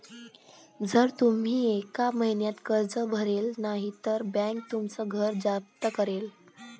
जर तुम्ही एका महिन्यात कर्ज भरले नाही तर बँक तुमचं घर जप्त करेल